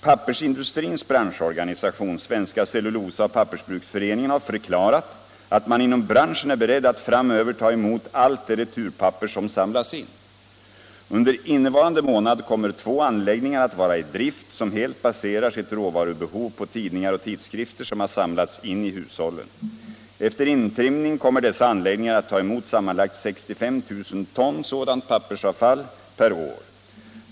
Pappersindustrins branschorgan, Svenska Cellulosaoch Pappersbruksföreningen, har förklarat att man inom branschen är beredd att framöver ta emot allt det returpapper som samlas in. Under innevarande månad kommer två anläggningar att vara i drift som helt baserar sitt råvarubehov på tidningar och tidskrifter som har samlats in i hushållen. Efter intrimning kommer dessa anläggningar att ta emot sammanlagt 65 000 ton sådant pappersavfall per år.